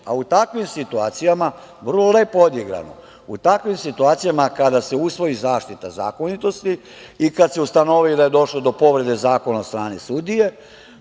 a na štetu oštećenih. Vrlo lepo odigrano, u takvim situacijama kada se usvoji zaštita zakonitosti i kada se ustanovi da je došlo do povrede zakona od strane sudije,